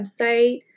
website